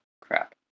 crap